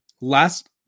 last